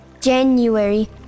January